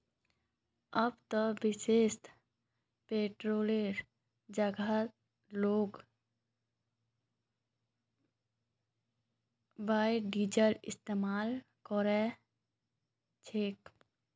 अब ते विदेशत पेट्रोलेर जगह लोग बायोडीजल इस्तमाल कर छेक